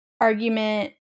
argument